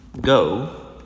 Go